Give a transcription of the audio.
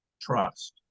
trust